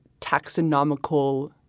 taxonomical